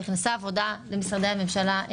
התחילה עבודה חדשה במשרדי הממשלה.